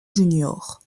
juniors